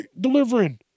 delivering